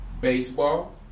baseball